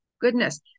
Goodness